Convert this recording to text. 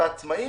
בעצמאיים,